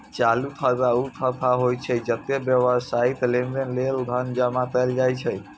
चालू खाता ऊ खाता होइ छै, जतय व्यावसायिक लेनदेन लेल धन जमा कैल जाइ छै